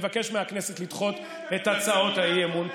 אני מבקש מהכנסת לדחות את הצעות האי-אמון.